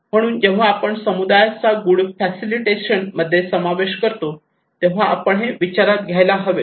म्हणून जेव्हा आपण समुदायाचा गुड फॅसिलिटेशन मध्ये समावेश करतो तेव्हा आपण हे विचारात घ्यायला हवे